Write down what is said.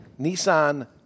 Nissan